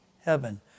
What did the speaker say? heaven